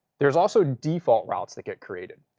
there is also default routes that get created.